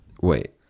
wait